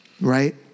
right